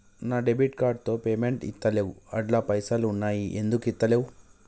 నా debit card తో payment ఐతలేవ్ అండ్ల పైసల్ ఉన్నయి ఎందుకు ఐతలేవ్?